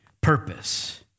Purpose